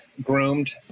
groomed